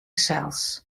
sels